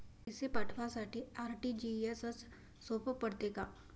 पैसे पाठवासाठी आर.टी.जी.एसचं सोप पडते का?